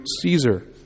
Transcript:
Caesar